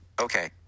Okay